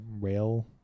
rail